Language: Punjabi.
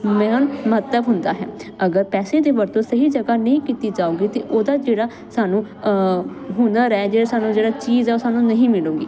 ਮੇਨ ਮਹੱਤਵ ਹੁੰਦਾ ਹੈ ਅਗਰ ਪੈਸੇ ਦੀ ਵਰਤੋਂ ਸਹੀ ਜਗ੍ਹਾ ਨਹੀਂ ਕੀਤੀ ਜਾਊਗੀ ਤੇ ਉਹਦਾ ਜਿਹੜਾ ਸਾਨੂੰ ਹੁਨਰ ਐ ਜੇ ਸਾਨੂੰ ਜਿਹੜਾ ਚੀਜ਼ ਆ ਉਹ ਸਾਨੂੰ ਨਹੀਂ ਮਿਲੂਗੀ